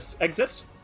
exit